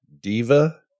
Diva